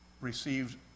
received